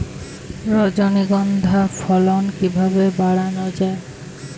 রজনীগন্ধা ফলন কিভাবে বাড়ানো যায়?